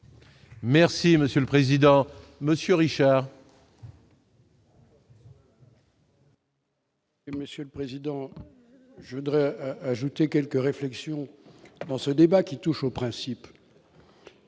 Merci monsieur le président Monsieur Richard. Monsieur le Président, je Dray ajouter quelques réflexions dans ce débat qui touche au principe.